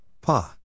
Pa